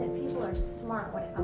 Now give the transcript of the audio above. are smart when